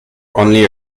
only